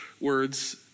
words